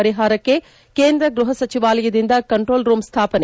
ಪರಿಹಾರಕ್ಕೆ ಕೇಂದ್ರ ಗ್ಬಹ ಸಚಿವಾಲಯದಿಂದ ಕಂಟ್ರೋಲ್ ರೂಂ ಸ್ಡಾಪನೆ